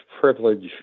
privilege